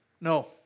No